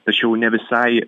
tačiau ne visai